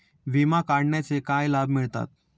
विमा काढण्याचे काय लाभ मिळतात?